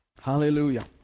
Hallelujah